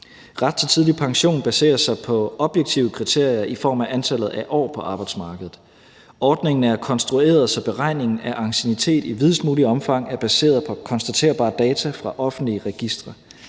Ret til tidlig pension baserer sig på objektive kriterier i form af antallet af år på arbejdsmarkedet. Ordningen er konstrueret, så beregningen af anciennitet i videst muligt omfang er baseret på konstaterbare data fra offentlige registre.